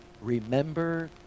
remember